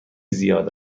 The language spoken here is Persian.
زیاد